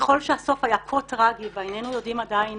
ככל שהסוף היה כה טראגי ואיננו יודעים עדיין